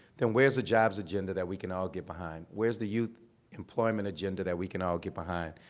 then where's the jobs agenda that we can all get behind? where's the youth employment agenda that we can all get behind?